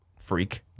freak